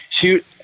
shoot